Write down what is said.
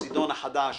הפוסידון החדש